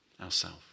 ourself